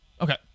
Okay